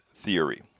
theory